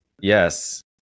yes